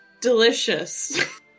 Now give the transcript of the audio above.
delicious